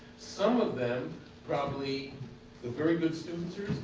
some of them probably the very good students are